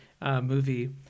movie